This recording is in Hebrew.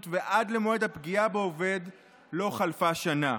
ועד מועד הפגיעה בעובד לא חלפה שנה.